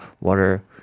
water